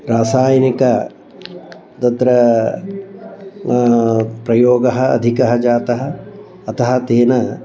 रासायनिकः तत्र प्रयोगः अधिकः जातः अतः तेन